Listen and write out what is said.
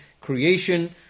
creation